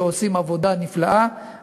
שעושים עבודה נפלאה,